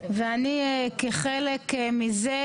כשבעקומה למטה,